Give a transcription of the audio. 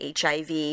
hiv